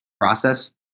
process